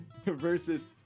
versus